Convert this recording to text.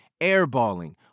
airballing